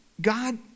God